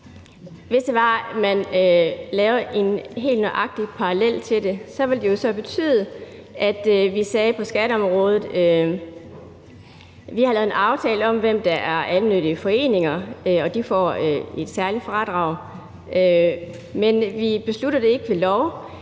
hvis man lavede en helt nøjagtig parallel til det, ville det jo så betyde, at vi på skatteområdet sagde, at vi har lavet en aftale om, hvem der er almennyttige foreninger, og de får et særligt fradrag. Men vi beslutter det ikke ved lov,